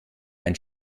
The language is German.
ein